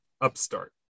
upstart